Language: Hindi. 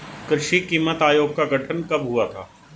कृषि कीमत आयोग का गठन कब हुआ था?